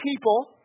people